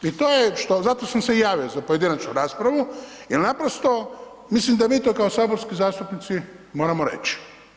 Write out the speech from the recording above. I to je, zato sam se i javio za pojedinačnu raspravu jer naprosto mislim da mi to kao saborski zastupnici moramo reći.